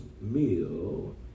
meal